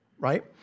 right